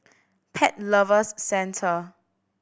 Pet Lovers Centre